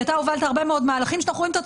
אנחנו הרי לא רוצים אחד את השני